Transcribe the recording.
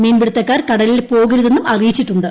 മീൻപിടുത്തക്കാർ കടലിൽ പോകരുതെന്നും അറിയിച്ചിട്ടുണ്ട്